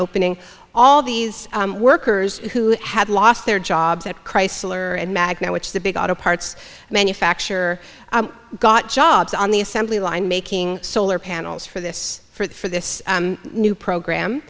opening all these workers who had lost their jobs at chrysler and magna which the big auto parts manufacturer got jobs on the assembly line making solar panels for this for this new program